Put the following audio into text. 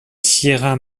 sierra